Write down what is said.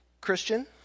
Christian